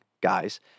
guys